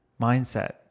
mindset